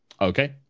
Okay